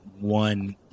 one